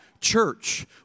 church